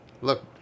Look